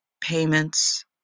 payments